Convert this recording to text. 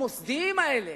המוסדיים האלה,